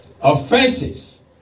offenses